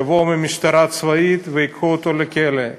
יבואו מהמשטרה הצבאית וייקחו אותו לכלא.